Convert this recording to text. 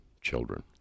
children